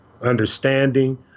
understanding